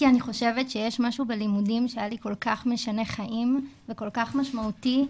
חושבת שיש משהו בלימודים שהיה לי כל-כך משנה חיים וכל-כך משמעותי,